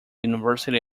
university